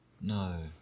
No